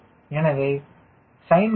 எனவே sin 0